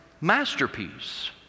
masterpiece